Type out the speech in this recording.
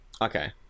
Okay